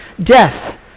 death